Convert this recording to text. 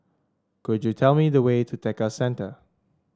could you tell me the way to Tekka Centre